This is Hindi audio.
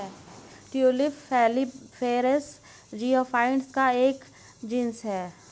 ट्यूलिप बल्बिफेरस जियोफाइट्स का एक जीनस है